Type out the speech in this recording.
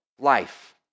life